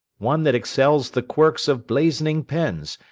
one that excels the quirks of blazoning pens,